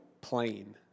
plain